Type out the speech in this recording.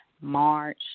March